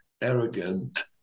arrogant